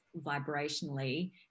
vibrationally